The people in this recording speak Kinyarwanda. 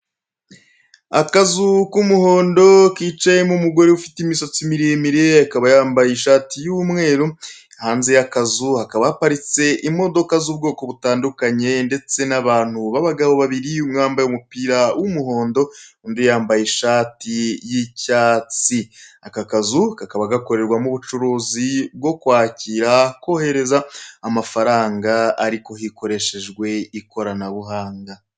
Akazu k'umuhondo kicayemo umugore ufite imisatsi miremire, akaba yambaye ishati y'umweru, hanze y'akazu hakaba haparitse imodoka z'ubwoko butandukanye ndetse n'abantu b'abagabo babiri, umwe wambaye umupira w'umuhondo, undi yambaye ishati y'icyatsi. Aka kazu kakaba gakorerwamo ubucuruzi bwo kwakira, kohereza amafaranga ariko hakoreshejwe ikoranabuhanga.